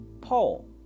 Paul